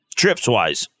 trips-wise